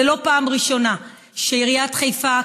זאת לא פעם ראשונה שעיריית חיפה,